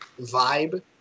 Vibe